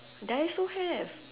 daiso have